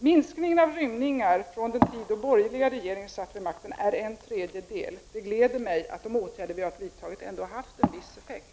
Antalet rymningar har sedan den tid då den borgerliga regeringen satt vid makten minskat med en tredjedel. Det gläder mig att de åtgärder vi har vidtagit ändå har haft en viss effekt.